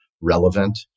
relevant